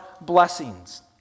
blessings